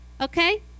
Okay